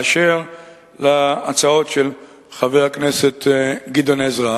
באשר להצעות של חבר הכנסת גדעון עזרא.